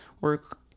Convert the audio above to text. work